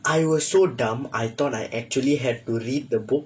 I was so dumb I thought I actually had to read the book